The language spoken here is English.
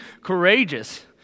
courageous